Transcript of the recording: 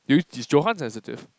is Johann sensitive